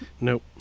Nope